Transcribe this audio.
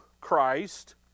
Christ